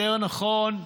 יותר נכון,